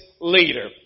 leader